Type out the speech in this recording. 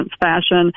fashion